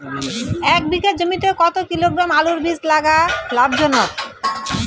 এক বিঘা জমিতে কতো কিলোগ্রাম আলুর বীজ লাগা লাভজনক?